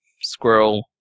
squirrel